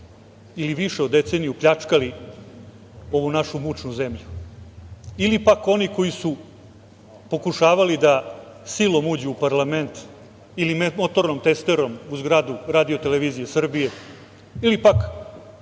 ili više od deceniju pljačkali ovu našu mučnu zemlju, ili pak oni koji si pokušavali da silom uđu u parlament ili motornom testerom u zgradu RTS, ili pak